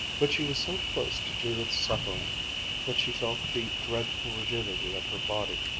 but she was so close to judith's suffering that she felt the dreadful rigidity of her body.